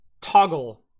toggle